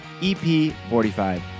EP45